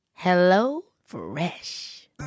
HelloFresh